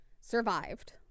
survived